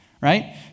right